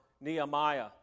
Nehemiah